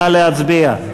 נא להצביע.